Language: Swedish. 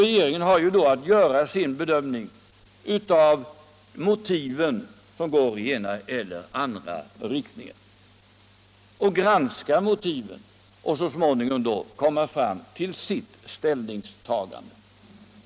Regeringen har då att göra sin bedömning av motiven och så småningom komma fram till sitt ställningstagande.